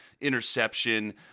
interception